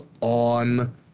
on